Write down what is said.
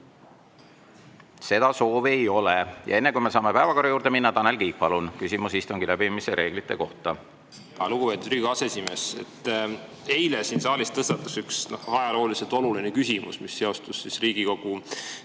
Seda soovi ei ole. Enne kui me saame päevakorra juurde minna, Tanel Kiik, palun, küsimus istungi läbiviimise reeglite kohta! Lugupeetud Riigikogu aseesimees! Eile siin saalis tõstatus üks ajalooliselt oluline küsimus, mis seostus Riigikogu